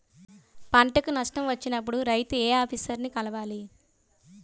పంటకు నష్టం వచ్చినప్పుడు రైతు ఏ ఆఫీసర్ ని కలవాలి?